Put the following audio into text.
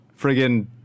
Friggin